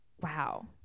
Wow